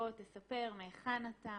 בוא תספר מהיכן אתה,